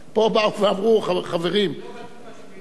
פה באו ואמרו: חברים, לא בתקופה של ליצמן.